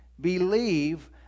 believe